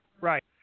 Right